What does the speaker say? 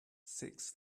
six